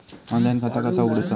Online खाता कसा उगडूचा?